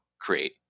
create